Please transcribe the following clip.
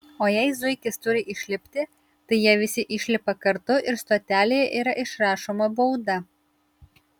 o jei zuikis turi išlipti tai jie visi išlipa kartu ir stotelėje yra išrašoma bauda